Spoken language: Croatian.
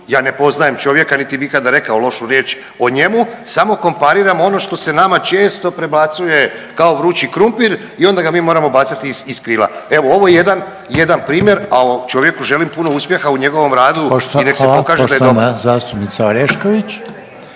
Ja ne poznajem čovjeka, niti bih ikada rekao lošu riječ o njemu. Samo kompariram ono što se nama često predbacuje kao vrući krumpir i onda ga mi moramo bacati iz krila. Evo ovo je jedan primjer, a čovjeku želim puno uspjeha u njegovom radu i nek se pokaže da je dobar.